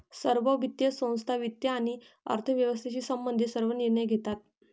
सर्व वित्तीय संस्था वित्त आणि अर्थव्यवस्थेशी संबंधित सर्व निर्णय घेतात